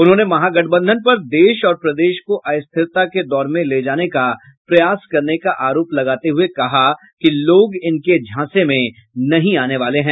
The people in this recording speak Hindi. उन्होंने महागठबंधन पर देश और प्रदेश को अस्थिरता के दौर में ले जाने का प्रयास करने का आरोप लगाते हुए कहा कि लोग इनके झांसे में नहीं आने वाले हैं